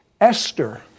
Esther